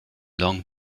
long